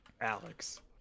Alex